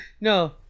No